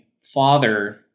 father